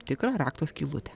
tikrą rakto skylutę